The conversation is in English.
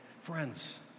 Friends